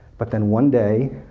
but then one day,